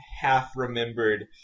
half-remembered